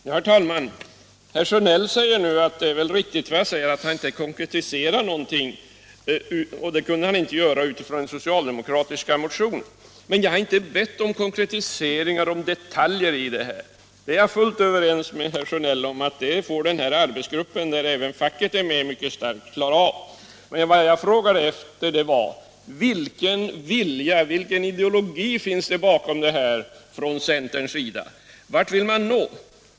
Herr talman! Herr Sjönell säger nu att det väl är riktigt som jag säger, att han inte konkretiserar någonting, och det kunde han inte göra utifrån den socialdemokratiska motionen. Men jag har inte bett om konkretiseringar i fråga om detaljer. Jag är fullt överens med herr Sjönell om att det får den här arbetsgruppen, där även facket är mycket starkt företrätt, klara av. Vad jag frågade efter var vilken vilja, vilken ideologi som finns bakom detta från centerns sida. Vart vill man nå?